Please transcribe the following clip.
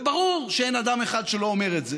וברור שאין אדם אחד שלא אומר את זה.